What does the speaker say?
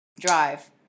drive